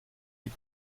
die